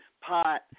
pot